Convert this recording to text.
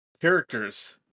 Characters